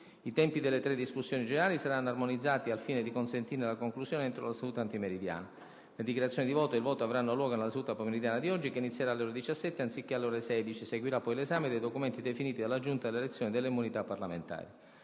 I tempi delle tre discussioni generali saranno armonizzati al fine di consentirne la conclusione entro la seduta antimeridiana. Le dichiarazioni di voto e il voto avranno luogo nella seduta pomeridiana di oggi, che inizieraalle ore 17 anziche´ alle ore 16. Seguira poi l’esame dei documenti definiti dalla Giunta delle elezioni e delle immunitaparlamentari.